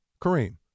Kareem